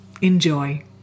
Enjoy